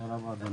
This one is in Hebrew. תודה רבה אדוני.